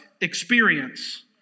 experience